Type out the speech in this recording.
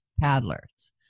paddlers